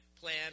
plan